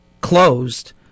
closed